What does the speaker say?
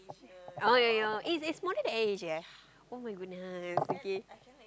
oh your your it's it's smaller than Air-Asia eh [oh]-my-goodness okay